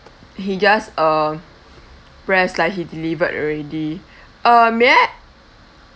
he just uh press like he delivered already uh may I